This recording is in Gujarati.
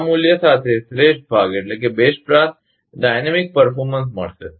આ મૂલ્ય સાથે શ્રેષ્ઠ ભાગ ગતિશીલ પ્રદર્શન મળશે